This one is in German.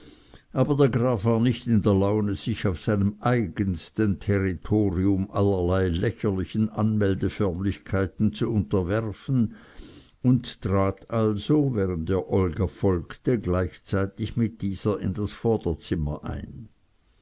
aber der graf war nicht in der laune sich auf seinem eigensten territorium allerlei lächerlichen anmeldeförmlichkeiten zu unterwerfen und trat also während er olga folgte gleichzeitig mit dieser in das vorderzimmer ein